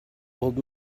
old